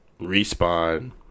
respawn